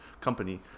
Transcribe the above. company